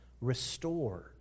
restored